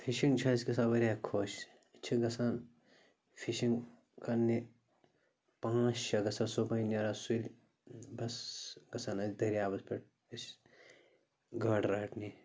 fishing چھِ اَسہِ گژھان واریاہ خۄش أسۍ چھِ گژھان فِشِنٛگ کَرنہِ پانٛژھ شےٚ گژھان صُبحٲے نیران سُلہِ بَس گژھان ٲسۍ دٔریابَس پٮ۪ٹھ أسۍ گاڈٕ رَٹنہِ